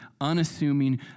unassuming